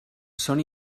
són